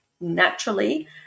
naturally